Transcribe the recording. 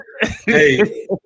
hey